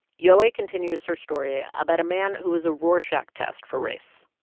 yowei continues her story about a man who is a rorschach test for race